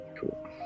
Cool